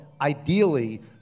ideally